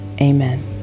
Amen